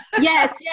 Yes